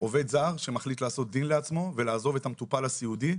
עובד זר שמחליט לעשות דין לעצמו ולעזוב את המטופל הסיעודי,